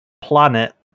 planet